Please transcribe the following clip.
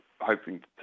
hoping